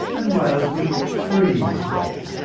and whales would freeze to death.